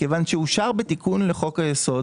מכיוון שאושר בתיקון לחוק-היסוד,